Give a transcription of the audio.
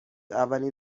اولین